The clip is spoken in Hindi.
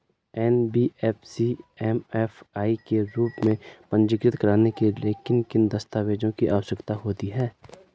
एन.बी.एफ.सी एम.एफ.आई के रूप में पंजीकृत कराने के लिए किन किन दस्तावेज़ों की आवश्यकता होती है?